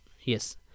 yes